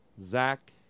Zach